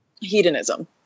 Hedonism